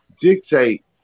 dictate